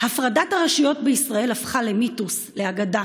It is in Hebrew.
"הפרדת הרשויות בישראל הפכה למיתוס, לאגדה.